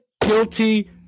guilty